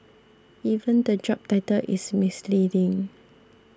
even the job title is misleading